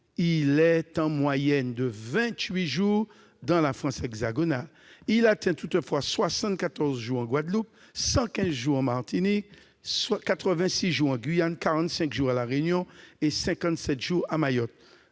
il est en moyenne de 28 jours en France hexagonale. Il atteint toutefois 74 jours en Guadeloupe, 115 jours en Martinique, 86 jours en Guyane, 45 jours à La Réunion et 57 jours à Mayotte.